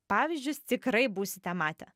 pavyzdžius tikrai būsite matę